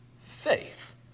faith